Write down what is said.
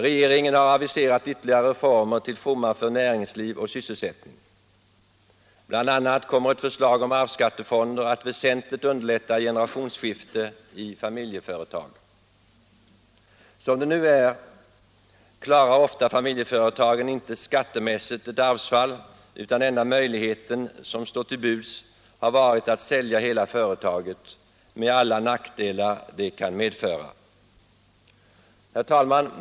Regeringen har aviserat ytterligare reformer till fromma för näringsliv och sysselsättning. Bl. a. kommer ett förslag om arvsskattefonder att vä sentligt underlätta generationsskiften i familjeföretag. Som det nu är klarar familjeföretagen skattemässigt ofta inte ett arvsfall, utan den enda möjlighet som står till buds är att sälja hela företaget med alla de nackdelar det medför. Herr talman!